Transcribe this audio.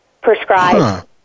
prescribed